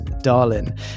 darlin